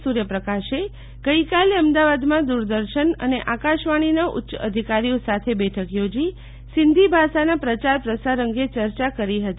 સૂર્યપ્રકાશે ગઈકાલે અમદાવાદમાં દૂરદર્શન અને આકાશવાણીના ઉચ્ચ અધિકારીઓ સાથે બેઠક યોજી સિન્ધી ભાષાના પ્રચાર પ્રસાર અંગે ચર્ચા કરી હતી